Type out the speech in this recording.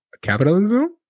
capitalism